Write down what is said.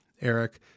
Eric